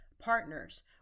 partners